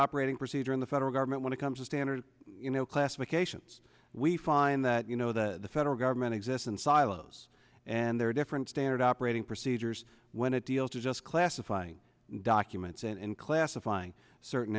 operating procedure in the federal government when it comes to standard you know classifications we find that you know the federal government exists in silos and there are different standard operating procedures when it deals with just classifying documents and classifying certain